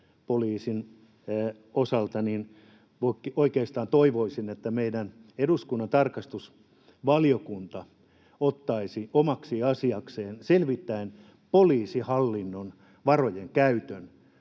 poliisin osalta, oikeastaan toivoisin, että meidän eduskunnan tarkastusvaliokunta ottaisi omaksi asiakseen selvittää poliisihallinnon varojen käytön,